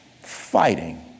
Fighting